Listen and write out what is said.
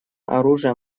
оружия